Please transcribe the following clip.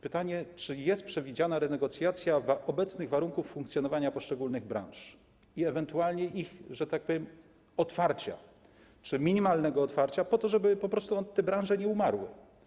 Pytanie: Czy jest przewidziana renegocjacja obecnych warunków funkcjonowania poszczególnych branż i ewentualnie ich, że tak powiem, kwestii otwarcia czy minimalnego otwarcia, po to, żeby te branże po prostu nie umarły?